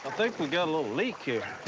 think we got a little leak here.